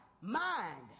mind